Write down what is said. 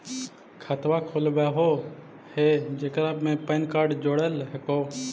खातवा खोलवैलहो हे जेकरा मे पैन कार्ड जोड़ल हको?